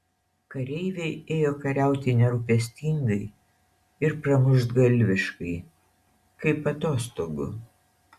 kareiviai ėjo kariauti nerūpestingai ir pramuštgalviškai kaip atostogų